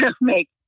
make